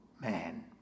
Man